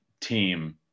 team